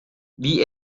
wie